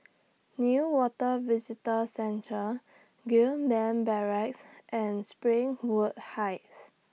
Newater Visitor Centre Gillman Barracks and Springwood Heights